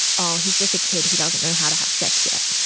oh, he's just a kid who doesn't know how to have sex yet.